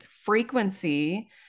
frequency